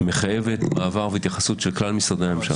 מחייבת מעבר והתייחסות של כלל משרדי הממשלה.